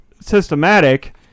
systematic